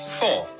four